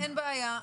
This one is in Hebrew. אין בעיה,